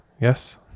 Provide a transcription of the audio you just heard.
Yes